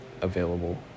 available